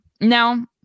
Now